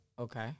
Okay